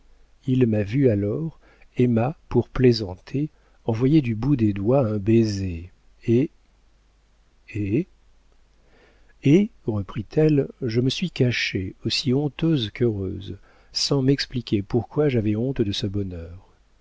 il m'a vue alors et m'a pour plaisanter envoyé du bout des doigts un baiser et et et reprit-elle je me suis cachée aussi honteuse qu'heureuse sans m'expliquer pourquoi j'avais honte de ce bonheur